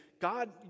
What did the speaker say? God